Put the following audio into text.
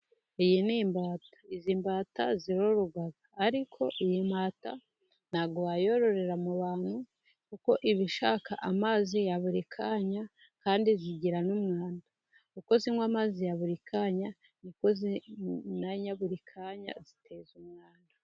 Iyi ni imbata. Izi mbata zirororwa, ariko iyi mbata ntabwo wayororera mu bantu, kuko iba ishaka amazi ya buri kanya, kandi zigira n'umwanda. Uko zinywa amazi ya buri kanya, niko zinannya buri kanya, zitera umwanda.